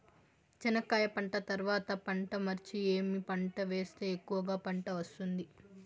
చెనక్కాయ పంట తర్వాత పంట మార్చి ఏమి పంట వేస్తే ఎక్కువగా పంట వస్తుంది?